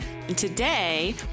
Today